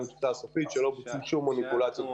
את הנקודה הסופית שלא בוצעו שום מניפולציות.